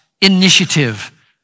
initiative